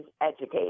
educate